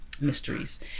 mysteries